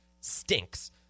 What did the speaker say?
stinks